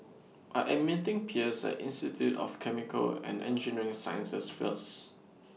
I Am meeting Pierce At Institute of Chemical and Engineering Sciences feels